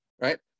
right